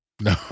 No